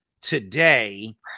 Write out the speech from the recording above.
today